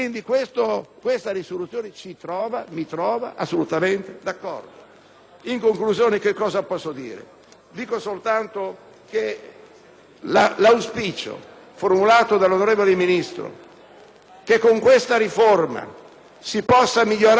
In conclusione, in risposta all'auspicio formulato dall'onorevole Ministro che con questa riforma si possa migliorare la giustizia per migliorare l'Italia, ritengo che, con le riforme già